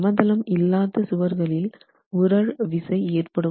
சமதளம் இல்லாத சுவர்களில் உறழ் விசை ஏற்படும்